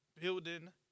building